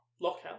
Lockout